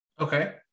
okay